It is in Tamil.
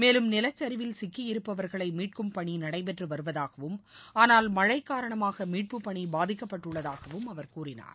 மேலும் நிலச்சிவில் சிக்கியிருப்பவர்களை மீட்கும் பணி நடைபெற்று வருவதாகவும் ஆனால் மழை காரணமாக மீட்புப் பணி பாதிக்கப்பட்டுள்ளதாகவும் அவர் கூறினார்